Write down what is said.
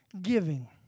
giving